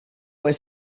were